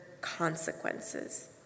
consequences